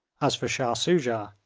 as for shah soojah,